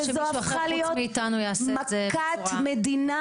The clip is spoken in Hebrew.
שזו הפכה להיות מכת מדינה,